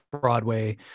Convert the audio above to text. Broadway